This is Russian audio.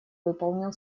выполнил